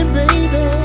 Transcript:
baby